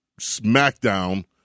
smackdown